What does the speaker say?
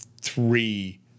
three